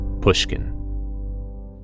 Pushkin